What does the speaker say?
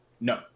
No